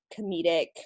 comedic